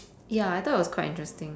ya I thought it was quite interesting